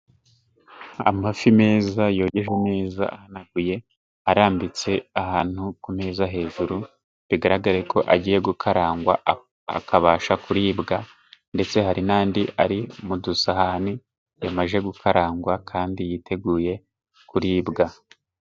Amafi meza, yogejwe neza ahanaguye, arambitse ahantu ku meza hejuru, bigaragare ko agiye gukarangwa akabasha kuribwa, ndetse hari n'andi ari mu dusahani yamaze gukarangwa kandi yiteguye kuribwa.